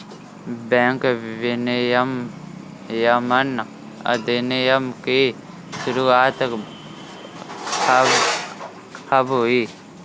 Bank विनियमन अधिनियम की शुरुआत कब हुई?